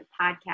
Podcast